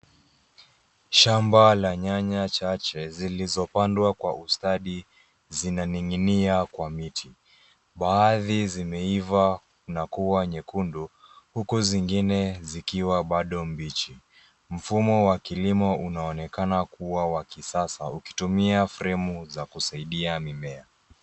Shamba la nyanya chache, zilizopandwa kwa ustadi zinaning'inia kwa miti. Baadhi zimeiva na kuwa nyekundu huku zingine zikiwa bado mbichi. Mfumo wa kilimo unaonekana kuwa wa kisasa, ukitumia fremu za kusaidia mimea.